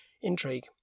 intrigue